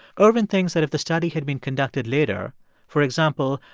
ervin thinks that if the study had been conducted later for example,